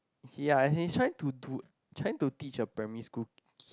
ya as in he's trying to to trying to teach a primary school kid